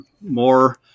more